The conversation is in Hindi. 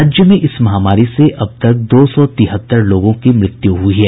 राज्य में इस महामारी से अब तक दो सौ तिहत्तर लोगों की मृत्यु हुई है